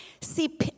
see